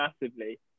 massively